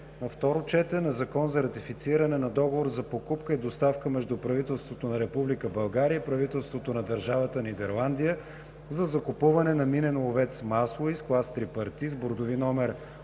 на второ четене на Закона за ратифициране на Договор за покупка и доставка между правителството на Република България и правителството на държавата Нидерландия за закупуване на минен ловец „Мааслуис“, клас „Трипарти“, с бордови №